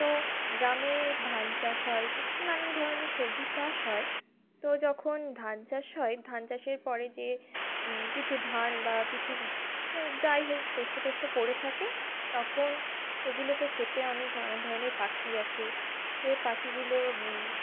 তো গ্রামে ধান চাষ হয় নানান ধরনের সবজি চাষ হয় তো যখন ধান চাষ হয় ধান চাষের পরে যে কিছু ধান বা কিছু যাই হোক শস্য টস্য পড়ে থাকে তখন সেগুলোকে খেতে অনেক নানান ধরনের পাখি আসে সে পাখিগুলো